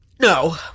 No